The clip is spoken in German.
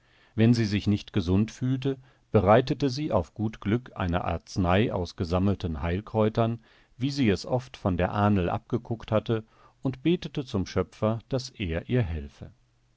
wenn sie sich nicht gesund fühlte bereitete sie auf gut glück eine arznei aus gesammelten heilkräutern wie sie es oft von der ahnl abgeguckt hatte und betete zum schöpfer daß er ihr helfe